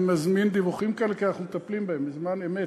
אני מזמין דיווחים כאלה כי אנחנו מטפלים בהם בזמן אמת.